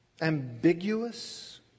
Ambiguous